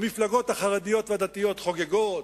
המפלגות החרדיות והדתיות חוגגות.